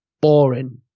boring